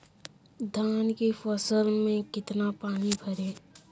धान की फसल में कितना पानी भरें?